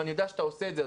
ואני יודע שאתה עושה את זה,